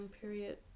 period